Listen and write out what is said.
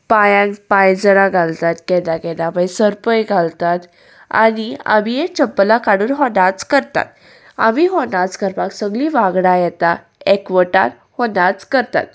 पांयांक पांयजणां घालतात केन्ना केन्ना मागीर सरपय घालतात आनी आमीे चप्पला काडून हो नाच करतात आमी हो नाच करपाक सगळीं वांगडां येता एकवटान हो नाच करतात